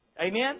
Amen